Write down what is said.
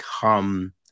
come